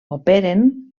operen